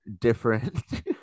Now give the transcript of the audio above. different